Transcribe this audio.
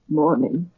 morning